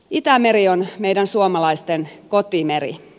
itämeri on meidän suomalaisten kotimeri